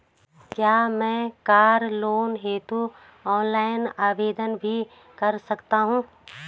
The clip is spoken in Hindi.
क्या मैं कार लोन हेतु ऑनलाइन आवेदन भी कर सकता हूँ?